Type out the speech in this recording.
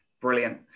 brilliant